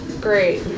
Great